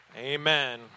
Amen